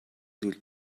зүйл